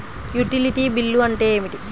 Utility bill అంటే ఏమిటి?